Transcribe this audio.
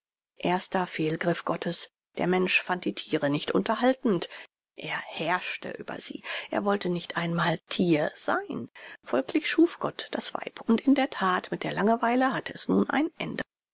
erster fehlgriff gottes der mensch fand die thiere nicht unterhaltend er herrschte über sie er wollte nicht einmal thier sein folglich schuf gott das weib und in der that mit der langenweile hatte es nun ein ende